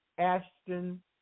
Ashton